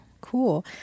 cool